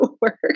work